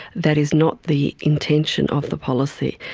that is not the intention of the policy.